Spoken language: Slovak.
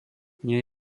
nie